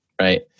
right